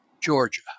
georgia